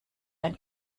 ein